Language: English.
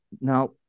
now